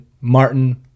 Martin